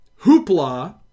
hoopla